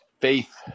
faith